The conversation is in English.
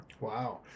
Wow